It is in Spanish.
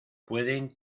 pueden